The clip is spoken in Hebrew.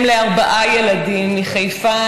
אם לארבעה ילדים מחיפה,